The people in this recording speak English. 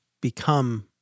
Become